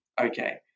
okay